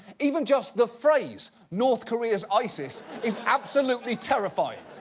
even just the phrase, north korea's isis is absolutely terrifying.